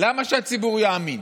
למה שהציבור יאמין?